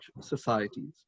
societies